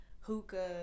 Hookah